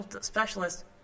specialist